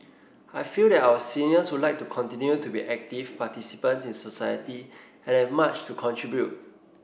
I feel that our seniors would like to continue to be active participants in society and have much to contribute